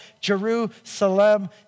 Jerusalem